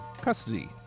custody